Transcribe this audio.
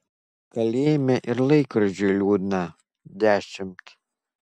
kalėjime ir laikrodžiui liūdna dešimt